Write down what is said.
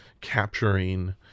capturing